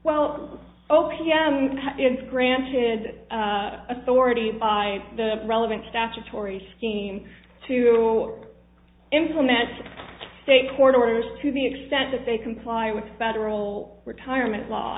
wells o p m it's granted authority by the relevant statutory scheme to implement state court orders to the extent that they comply with federal retirement law